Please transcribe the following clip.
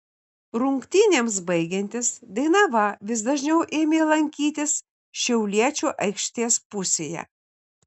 rungtynėms baigiantis dainava vis dažniau ėmė lankytis šiauliečių aikštės pusėje